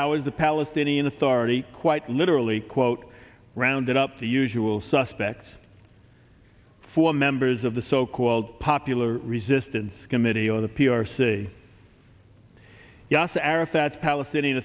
hours the palestinian authority quite literally quote rounded up the usual suspects for members of the so called popular resistance committee or the p r c yasser arafat's palestinian